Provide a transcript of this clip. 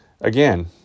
again